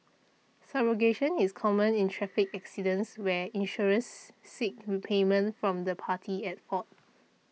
subrogation is common in traffic accidents where insurers seek repayment from the party at fault